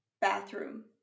bathroom